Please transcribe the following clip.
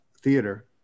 theater